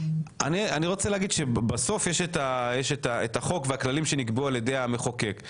אני רוצה להגיד שבסוף יש את החוק והכללים שנקבעו על ידי המחוקק.